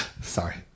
Sorry